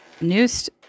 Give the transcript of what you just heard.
News